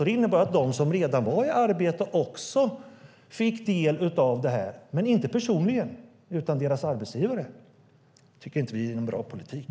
Det innebar att de som redan var i arbete fick del av de minskade arbetsgivaravgifterna, men inte personligen, utan det var deras arbetsgivare som fick det. Det tycker inte vi är en bra politik.